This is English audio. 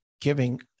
giving